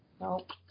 Nope